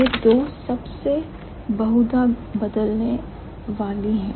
यह दो सबसे बहुधा बदलने वाली है